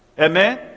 amen